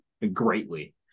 greatly